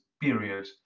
period